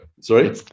sorry